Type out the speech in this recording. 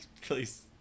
Please